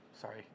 sorry